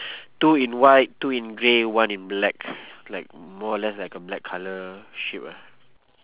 two in white two in grey one in black like more or less like a black colour sheep ah